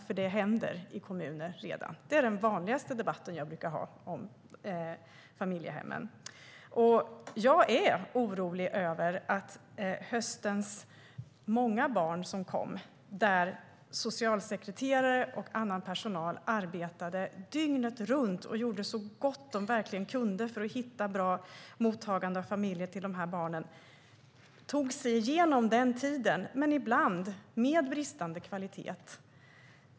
Det händer nämligen redan i kommuner, och det är den vanligaste debatten jag brukar ha om familjehemmen. Jag är orolig när det gäller de många barn som kom under hösten. Socialsekreterare och annan personal arbetade dygnet runt och gjorde verkligen så gott de kunde för att hitta ett bra mottagande i familjer för de här barnen. De tog sig igenom den tiden, men ibland med bristande kvalitet.